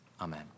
amen